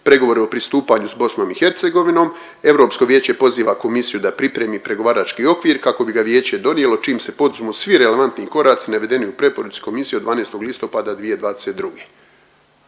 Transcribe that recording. pregovore o pristupanju s BiH, Europsko vijeće poziva komisiju da pripremi pregovarački okvir kako bi ga vijeće donijelo čim se poduzmu svi relevantni koraci navedeni u preporuci komisije od 12. listopada 2022.